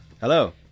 Hello